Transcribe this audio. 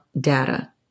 data